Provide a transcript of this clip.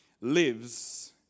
lives